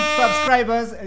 subscribers